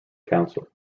council